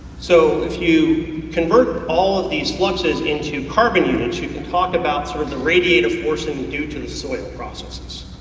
so if you convert all of these fluxes into carbon units, you can talk about sort of the radiative forcing due to the soil processes.